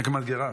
חכמת גרה.